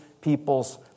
people's